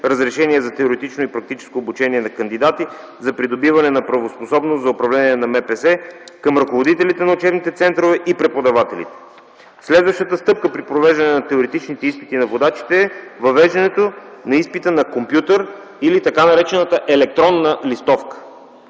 разрешения за теоретично и практическо обучение на кандидати за придобиване на правоспособност за управление на МПС, към ръководителите на учебните центрове и преподавателите. Следващата стъпка при провеждане на теоретичните изпити на водачите е въвеждането на изпита на компютър или така наречената електронна листовка,